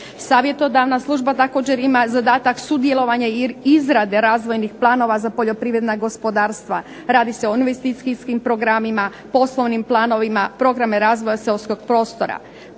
Savjetodavna služba također ima zadatak sudjelovanja i izrade razvojnih planova za poljoprivredna gospodarstva. Radi se o investicijskim programima, poslovnim planovima, programa razvoja seoskog prostora.